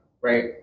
right